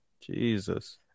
Jesus